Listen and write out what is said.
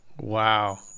Wow